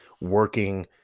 working